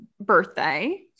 birthday